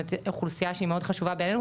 באמת אוכלוסייה שהיא מאוד חשובה בעינינו,